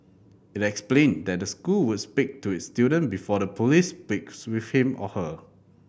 it explained that the school would speak to its student before the police speaks with him or her